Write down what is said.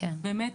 באמת,